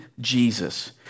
Jesus